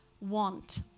want